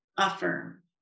Affirm